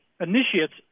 initiates